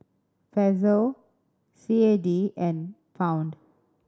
Peso C A D and Pound